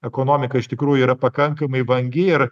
ekonomika iš tikrųjų yra pakankamai vangi ir